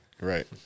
Right